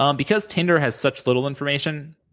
um because tinder has such little information,